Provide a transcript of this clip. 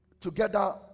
together